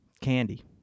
Candy